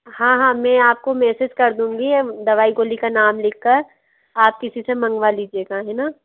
हाँ हाँ मैं आपको मेसेज कर दूँगी दवाई गोली का नाम लिख कर आप किसी से मंगवा लीजिएगा है ना